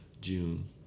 June